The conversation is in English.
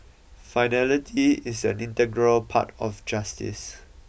finality is an integral part of justice